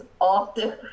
often